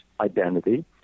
identity